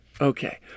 Okay